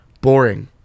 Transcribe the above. boring